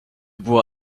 była